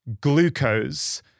glucose